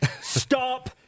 Stop